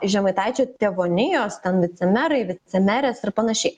žemaitaičio tėvonijos ten vicemerai vicemerės ir panašiai